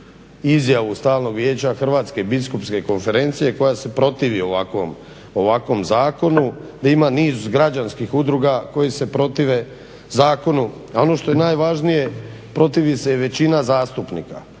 izjavu Stalnog vijeća Hrvatske biskupske konferencije koja se protivi ovakvom zakonu, gdje ima niz građanskih udruga koje se protive zakonu, a ono što je najvažnije protivi se i većina zastupnika